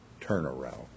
turnaround